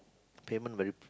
payment very